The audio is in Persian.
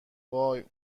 وای